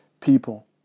people